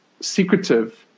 secretive